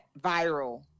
viral